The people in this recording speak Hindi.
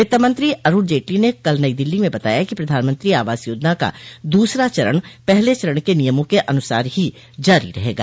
वित्त मंत्री अरुण जेटली ने कल नई दिल्ली में बताया कि प्रधानमंत्री आवास योजना का दूसरा चरण पहले चरण के नियमों के अनुसार ही जारी रहेगा